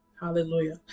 Hallelujah